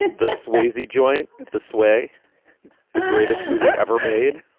the sweezy joint this way greatest movie ever made.